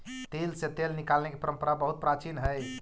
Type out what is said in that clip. तिल से तेल निकालने की परंपरा बहुत प्राचीन हई